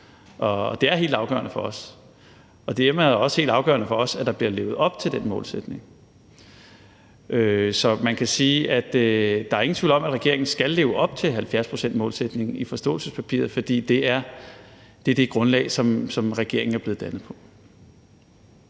Det er helt afgørende for os, og dermed er det også helt afgørende for os, at der bliver levet op til den målsætning. Så man kan sige: Der er ingen tvivl om, at regeringen skal leve op til 70-procentsmålsætningen i forståelsespapiret, fordi det er det grundlag, som regeringen er blevet dannet på.